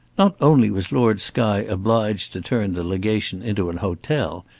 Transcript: not only was lord skye obliged to turn the legation into an hotel,